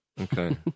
okay